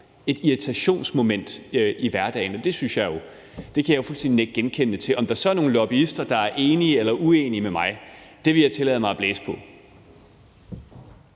et irritationsmoment i hverdagen. Det kan jeg jo fuldstændig nikke genkendende til. Om der så er nogle lobbyister, der er enige eller uenige med mig, vil jeg tillade mig at blæse på.